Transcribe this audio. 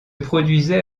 produisait